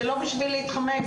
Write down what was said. וזה לא בשביל להתחמק.